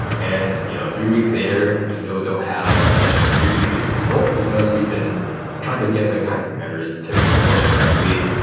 and you know three weeks later, we still don't have the reproduced results, because we've been trying to get the hyperparameters to perform correctly.